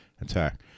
attack